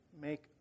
make